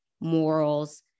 morals